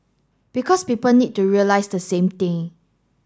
because people need to realise the same thing